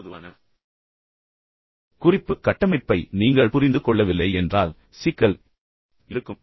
இந்த பொதுவான குறிப்பு கட்டமைப்பை நீங்கள் புரிந்து கொள்ளவில்லை என்றால் சிக்கல் இருக்கும்